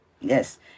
Yes